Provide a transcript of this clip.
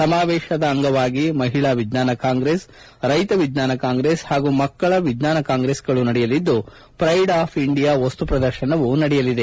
ಸಮಾವೇಶದ ಅಂಗವಾಗಿ ಮಹಿಳಾ ವಿಜ್ವಾನ ಕಾಂಗ್ರೆಸ್ ರೈತ ವಿಜ್ಣಾನ ಕಾಂಗ್ರೆಸ್ ಹಾಗೂ ಮಕ್ಕಳ ವಿಜ್ಣಾನ ಕಾಂಗ್ರೆಸ್ಗಳೂ ನಡೆಯಲಿದ್ದು ಪ್ರೈಡ್ ಆಫ್ ಇಂಡಿಯಾ ವಸ್ತು ಪ್ರದರ್ಶನವೂ ನಡೆಯಲಿದೆ